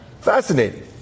Fascinating